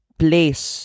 place